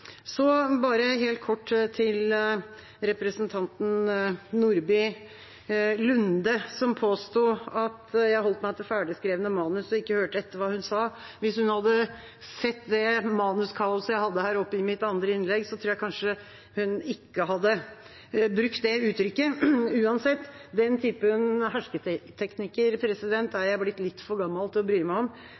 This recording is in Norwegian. Så bare helt kort til representanten Nordby Lunde, som påstod at jeg holdt meg til ferdigskrevne manus og ikke hørte etter hva hun sa. Hvis hun hadde sett det manuskaoset jeg hadde her oppe i mitt andre innlegg, tror jeg kanskje ikke hun hadde brukt det uttrykket. Uansett: Den typen hersketeknikker er jeg blitt litt for gammel til å bry meg om,